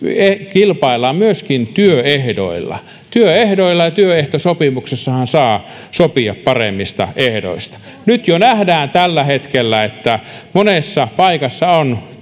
kilpaillaan myöskin työehdoilla työehdoilla ja työehtosopimuksessahan saa sopia paremmista ehdoista nyt tällä hetkellä jo nähdään että monessa paikassa on